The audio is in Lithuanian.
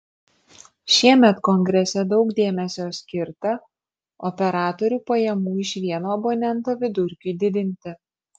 šiemet kongrese daug dėmesio skirta operatorių pajamų iš vieno abonento vidurkiui didinti